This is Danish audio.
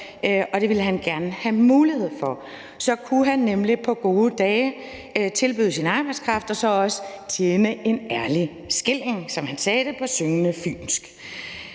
og det ville han gerne have mulighed for, for så kunne han nemlig på gode dage tilbyde sin arbejdskraft og så også tjene en ærlig skilling, som han sagde det på syngende fynsk.